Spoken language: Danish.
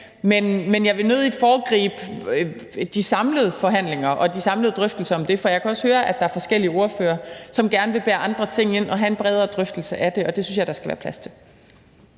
men jeg vil nødig foregribe de samlede forhandlinger og de samlede drøftelser om det. For jeg kan også høre, at der er forskellige ordførere, som gerne vil bære andre ting ind og have en bredere drøftelse af det, og det synes jeg der skal være plads til.